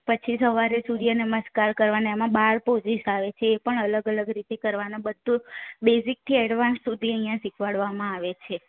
પછી સવારે સૂર્ય નમસ્કાર કરવાના એમાં બાર પોઝિસ આવે છે એ પણ અલગ અલગ રીતે કરવાના બધું બેઝિકથી એડવાન્સ સુધી અહીંયા શીખવાડવામાં આવે છે